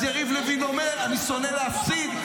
אז יריב לוין אומר: אני שונא להפסיד,